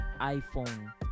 iphone